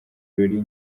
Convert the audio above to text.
birori